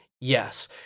Yes